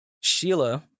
Sheila